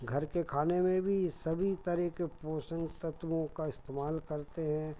घर के खाने में भी सभी तरह के पोषण तत्वों का इस्तेमाल करते हैं